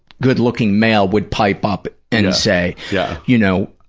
good-looking male would pipe up and say, yeah you know,